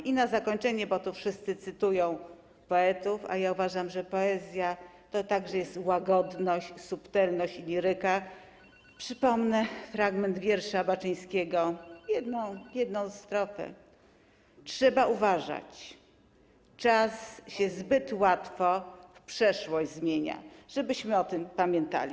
I na zakończenie, bo tu wszyscy cytują poetów, a ja uważam, że poezja to także jest łagodność, subtelność i liryka, przypomnę fragment wiersza Baczyńskiego, jedną strofę: „Trzeba uważać:/ czas się zbyt łatwo w przeszłość zamienia”, żebyśmy o tym pamiętali.